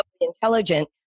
intelligent